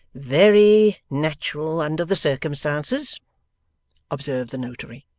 very natural under the circumstances observed the notary.